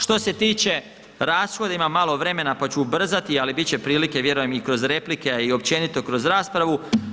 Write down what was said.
Što se tiče rashoda, imam malo vremena pa ću ubrzati ali biti će prilike, vjerujem i kroz replike a i općenito kroz raspravu.